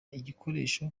igikoresho